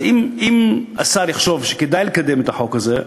אם השר יחשוב שכדאי לקדם את החוק הזה,